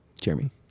Jeremy